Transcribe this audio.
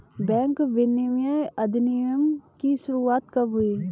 Bank विनियमन अधिनियम की शुरुआत कब हुई?